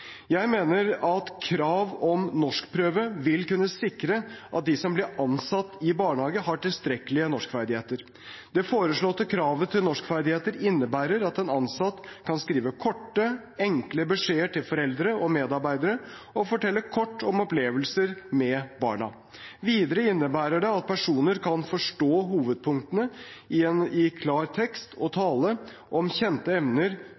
Jeg mener at et krav om norskprøve vil kunne sikre at de som blir ansatt i barnehage, har tilstrekkelige norskferdigheter. Det foreslåtte kravet til norskferdigheter innebærer at en ansatt kan skrive korte, enkle beskjeder til foreldre og medarbeidere og fortelle kort om opplevelser med barna. Videre innebærer det at personer kan forstå hovedpunktene i klar tekst og tale om kjente emner